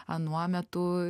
anuo metu